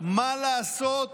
מה לעשות